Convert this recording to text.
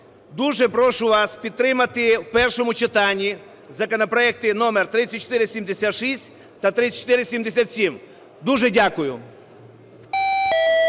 Дуже прошу вас підтримати в першому читанні законопроекти номер 3476 та 3477. Дуже дякую.